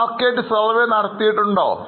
market സർവ്വേനടത്തിയിട്ടുണ്ടോ